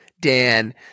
Dan